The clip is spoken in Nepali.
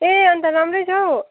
ए अन्त राम्रै छ हौ